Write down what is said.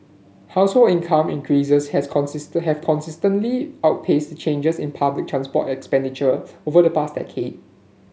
household income increases has have consistently outpaced changes in public transport expenditure over the past decade